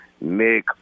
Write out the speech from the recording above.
Nick